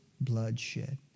bloodshed